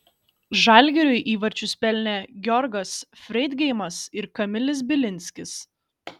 žalgiriui įvarčius pelnė georgas freidgeimas ir kamilis bilinskis